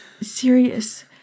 Serious